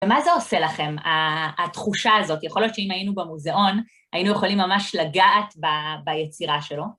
ומה זה עושה לכם, התחושה הזאת? יכול להיות שאם היינו במוזיאון היינו יכולים ממש לגעת ביצירה שלו?